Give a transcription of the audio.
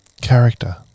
character